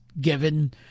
given